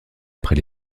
après